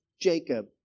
Jacob